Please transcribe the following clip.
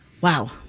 Wow